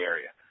Area